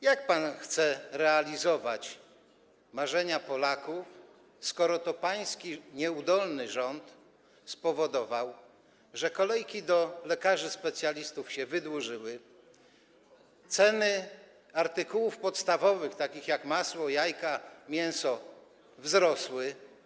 Jak pan chce realizować marzenia Polaków, skoro to pański nieudolny rząd spowodował, że kolejki do lekarzy specjalistów się wydłużyły, a ceny artykułów podstawowych takich jak masło, jajka czy mięso wzrosły?